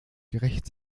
gerecht